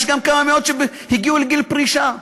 ויש גם כמה מאות שהגיעו לגיל פרישה.